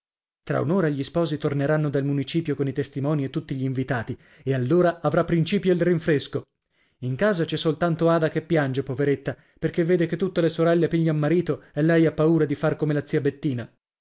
tra un'ora gli sposi torneranno dal municipio con i testimoni e tutti gli invitati e allora avrà principio il rinfresco in casa c'è soltanto ada che piange poveretta perché vede che tutte le sorelle piglian marito e lei ha paura di far come la zia bettina